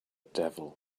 devil